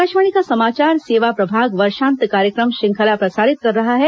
आकाशवाणी का समाचार सेवा प्रभाग वर्षांत कार्यक्रम श्रृंखला प्रसारित कर रहा है